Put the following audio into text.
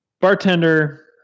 Bartender